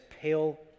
pale